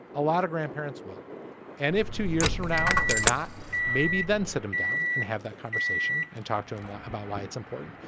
a lot of grandparents will and if two years from now they're not maybe then sit him down and have that conversation and talk to him about why it's important.